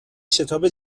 شتاب